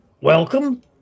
welcome